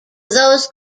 those